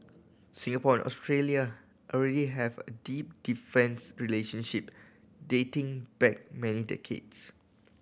Singapore and Australia already have a deep defence relationship dating back many decades